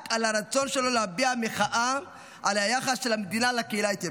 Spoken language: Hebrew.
רק על הרצון שלו להביע מחאה על היחס של המדינה לקהילה האתיופית.